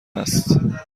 هست